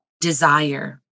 desire